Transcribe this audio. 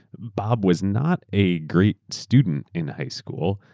bob was not a great student in high school,